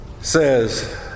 says